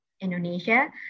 Indonesia